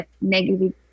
negative